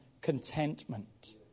contentment